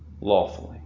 lawfully